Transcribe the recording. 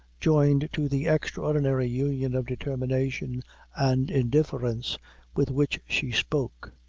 joined to the extraordinary union of determination and indifference with which she spoke,